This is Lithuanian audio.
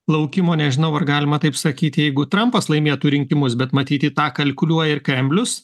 laukimo nežinau ar galima taip sakyt jeigu trampas laimėtų rinkimus bet matyt į tą kalkuliuoja ir kremlius